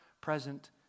present